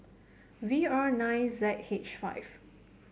V R nine Z H five